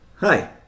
Hi